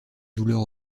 douleurs